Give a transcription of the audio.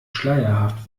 schleierhaft